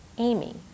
Amy